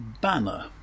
Banner